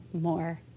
more